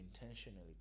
intentionally